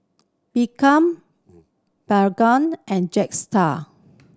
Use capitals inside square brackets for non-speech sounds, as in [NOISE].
[UNINTELLIGIBLE] and Jetstar